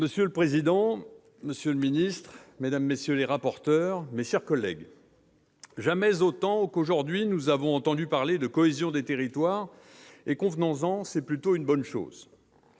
Monsieur le président, monsieur le ministre, mesdames, messieurs les rapporteurs, mes chers collègues, jamais autant qu'aujourd'hui nous n'avons entendu parler de cohésion des territoires et, convenons-en, c'est plutôt une bonne chose.